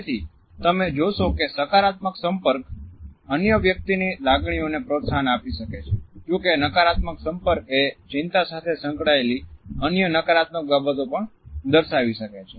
તેથી તમે જોશો કે સકારાત્મક સંપર્ક અન્ય વ્યક્તિની લાગણીઓને પ્રોત્સાહન આપી શકે છે જો કે નકારાત્મક સંપર્ક એ ચિંતા સાથે સંકળાયેલી અન્ય નકારાત્મક બાબતો પણ દર્શાવી શકે છે